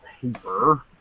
paper